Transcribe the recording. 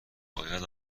باید